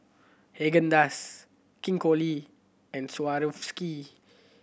Haagen Dazs King Koil and Swarovski